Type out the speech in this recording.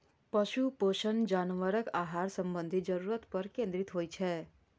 पशु पोषण जानवरक आहार संबंधी जरूरत पर केंद्रित होइ छै